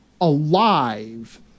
alive